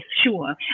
sure